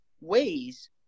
ways